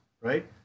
right